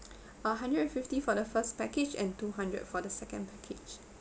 ah hundred and fifty for the first package and two hundred for the second package